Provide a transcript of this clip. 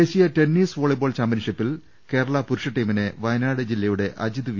ദേശീയ tennis volleyball ചാംപ്യൻഷിപ്പിൽ കേരള പുരുഷ ടീമിനെ വയനാട് ജില്ലയുടെ അജിത് വി